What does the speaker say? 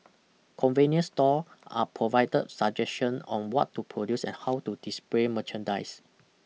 convenience store are provided suggestion on what to produce and how to display merchandise